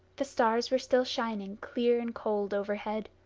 the stars were still shining clear and cold overhead.